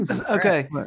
okay